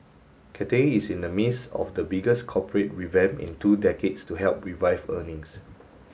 Cathay is in the midst of the biggest corporate revamp in two decades to help revive earnings